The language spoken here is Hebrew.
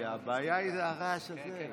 והרעש הוא הרעש מהתא של סיעתך.